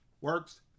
works